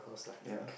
yea